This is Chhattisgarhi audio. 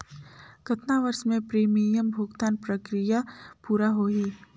कतना वर्ष मे प्रीमियम भुगतान प्रक्रिया पूरा होही?